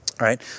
right